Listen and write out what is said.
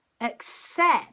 accept